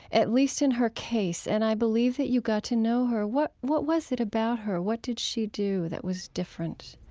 at least in her case. and i believe that you got to know her. what what was it about her? what did she do that was different?